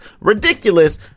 ridiculous